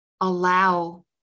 allow